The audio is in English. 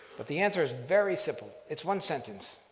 but the answer is very simple it's one sentence